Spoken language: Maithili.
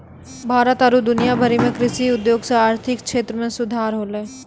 भारत आरु दुनिया भरि मे कृषि उद्योग से आर्थिक क्षेत्र मे सुधार होलै